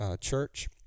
church